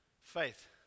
Faith